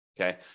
Okay